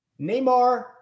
Neymar